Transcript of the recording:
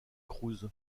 cruz